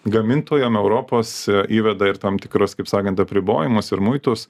gamintojam europos įveda ir tam tikras kaip sakant apribojimus ir muitus